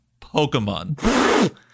Pokemon